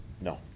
No